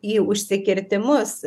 į užsikirtimus